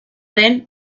den